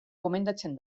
gomendatzen